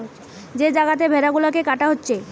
যে জাগাতে ভেড়া গুলাকে কাটা হচ্ছে